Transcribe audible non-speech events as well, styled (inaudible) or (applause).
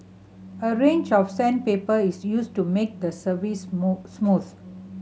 a range of sandpaper is used to make the surface (unintelligible) smooth